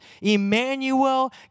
Emmanuel